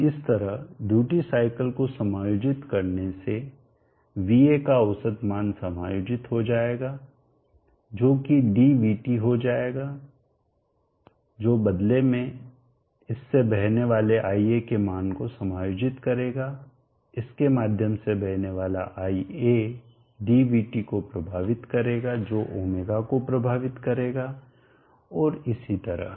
तो इस तरह ड्यूटी साइकिल को समायोजित करने से va का औसत मान समायोजित हो जाएगा जो कि dvt हो जाएगा जो बदले में इस से बहने वाले ia के मान को समायोजित करेगा इसके माध्यम से बहने वाला ia dvt को प्रभावित करेगा जो ω को प्रभावित करेगा और इसी तरह